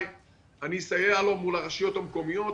ואני אסייע לו מול הרשויות המקומיות